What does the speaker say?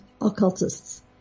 occultists